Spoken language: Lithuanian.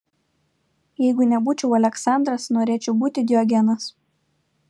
jeigu nebūčiau aleksandras norėčiau būti diogenas